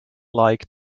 like